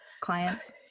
clients